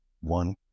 One